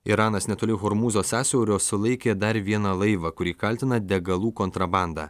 iranas netoli hormūzo sąsiaurio sulaikė dar vieną laivą kurį kaltina degalų kontrabanda